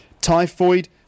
typhoid